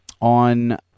On